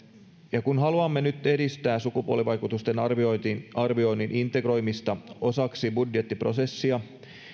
ja kun haluamme nyt edistää sukupuolivaikutusten arvioinnin arvioinnin integroimista osaksi budjettiprosessia